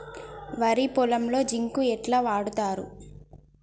వరి పొలంలో జింక్ ఎట్లా వాడుతరు?